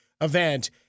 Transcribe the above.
event